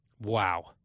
Wow